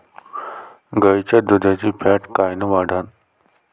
गाईच्या दुधाची फॅट कायन वाढन?